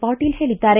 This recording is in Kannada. ಪಾಟೀಲ್ ಹೇಳಿದ್ದಾರೆ